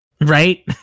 Right